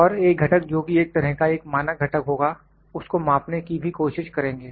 और एक घटक जो कि एक तरह का एक मानक घटक होगा उसको मापने की भी कोशिश करेंगे